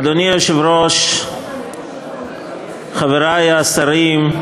אדוני היושב-ראש, חברי השרים,